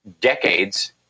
decades